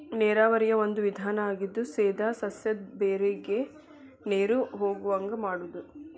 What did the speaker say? ನೇರಾವರಿಯ ಒಂದು ವಿಧಾನಾ ಆಗಿದ್ದು ಸೇದಾ ಸಸ್ಯದ ಬೇರಿಗೆ ನೇರು ಹೊಗುವಂಗ ಮಾಡುದು